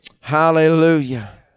Hallelujah